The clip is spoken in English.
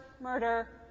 murder